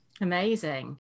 Amazing